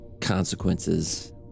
consequences